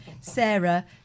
Sarah